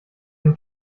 dem